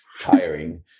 tiring